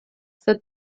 said